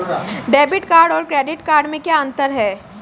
Debit card और credit card में क्या अंतर है?